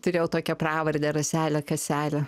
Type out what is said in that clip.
turėjau tokią pravardę raselė kaselė